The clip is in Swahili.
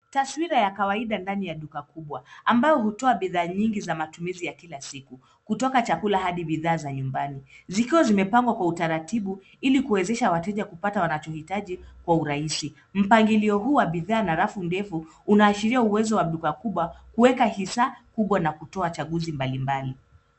Taswira ya kawaida ndani ya duka kubwa ambayo hutoa bidhaa nyingi za matumizi ya kila siku kutoka chakula hadi bidhaa za nyumbani zikiwa zimepangwa kwa utaratibu ilikuwezesha wateja kupata wanachohitaji kwa urahisi mpangilio huu wa bidhaa na rafu ndefu unaashiria uwezo wa duka kubwa kuweka hisaa kubwa na kutoa chaguzi mbalimbali.